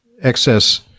Excess